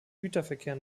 güterverkehr